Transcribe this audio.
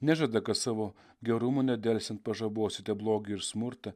nežada kad savo gerumu nedelsiant pažabosite blogį ir smurtą